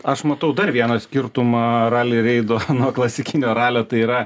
aš matau dar vieną skirtumą rali reido nuo klasikinio ralio tai yra